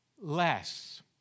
less